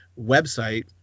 website